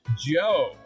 Joe